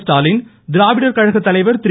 ஸ்டாலின் திராவிடர் கழக தலைவர் திரு